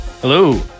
Hello